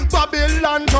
Babylon